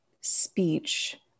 speech